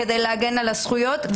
כדי להגן על הזכויות.